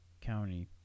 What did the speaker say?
County